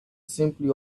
simply